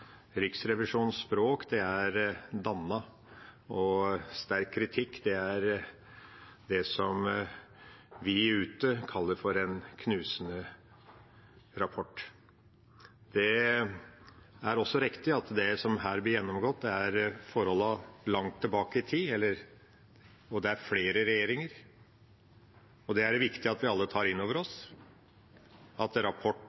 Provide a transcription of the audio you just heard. Riksrevisjonens språk er dannet, og sterk kritikk er det vi ute kaller for en knusende rapport. Det er også riktig at det som her blir gjennomgått, er forhold langt tilbake i tid, og det er flere regjeringer. Det er viktig at vi alle tar inn over